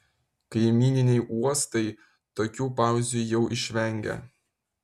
kaimyniniai uostai tokių pauzių jau išvengia